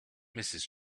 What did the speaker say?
mrs